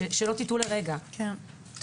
שלא תטעו לרגע, אני הכי בעד.